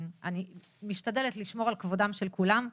אני משתדלת לשמור על כבודם של כולם.